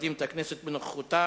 שמכבדים את הכנסת בנוכחותם.